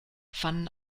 fanden